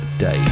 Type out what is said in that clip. day